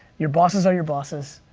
your bosses are your bosses.